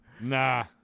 Nah